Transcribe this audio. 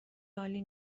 عالی